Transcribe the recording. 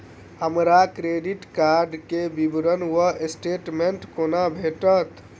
हमरा credit card केँ विवरण वा स्टेटमेंट कोना भेटत?